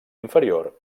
inferior